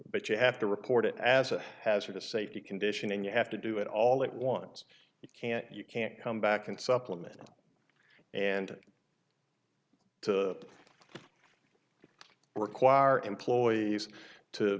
but you have to report it as a hazardous safety condition and you have to do it all at once you can't you can't come back and supplement and to require employees to